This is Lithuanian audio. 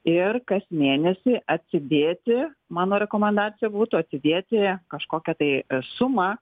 ir kas mėnesį atsidėti mano rekomendacija būtų atidėti kažkokią tai sumą